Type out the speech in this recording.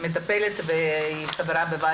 שלום